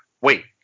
wait